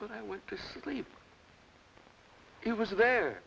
when i went to sleep it was there